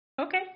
okay